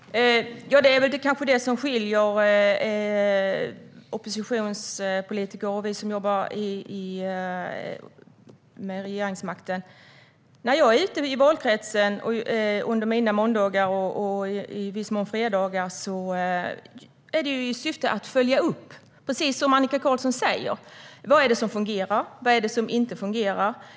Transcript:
Herr talman! Det är kanske det som skiljer oppositionspolitiker och vi som jobbar med regeringsmakten. När jag är ute i valkretsen under mina måndagar och i viss mån fredagar är det i syfte att följa upp, precis som Annika Qarlsson säger. Vad är det som fungerar? Vad är det som inte fungerar?